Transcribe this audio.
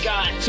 God